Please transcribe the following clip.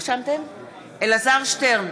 אלעזר שטרן,